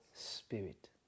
spirit